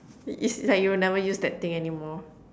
it's like you'll never use that thing anymore